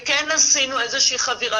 כן עשינו איזושהי חבירה.